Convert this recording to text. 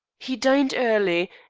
he dined early,